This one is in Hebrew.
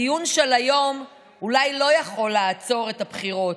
הדיון של היום אולי לא יכול לעצור את הבחירות,